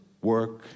work